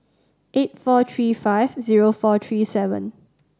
eight four three five zero four three seven